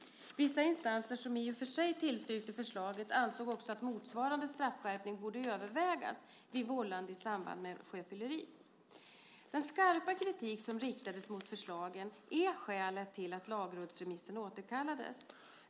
Vissa instanser som i och för sig tillstyrkte förslaget ansåg också att motsvarande straffskärpning borde övervägas vid vållande i samband med sjöfylleri. Den skarpa kritik som riktades mot förslagen är skälet till att lagrådsremissen återkallades.